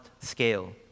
scale